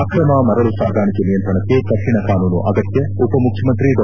ಅಕ್ರಮ ಮರಳು ಸಾಗಾಣಿಕೆ ನಿಯಂತ್ರಣಕ್ಕೆ ಕಠಿಣ ಕಾನೂನು ಅಗತ್ತ ಉಪಮುಖ್ಚಮಂತ್ರಿ ಡಾ